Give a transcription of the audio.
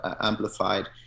amplified